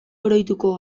oroituko